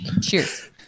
Cheers